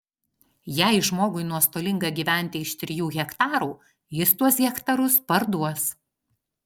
jei žmogui nuostolinga gyventi iš trijų hektarų jis tuos hektarus parduos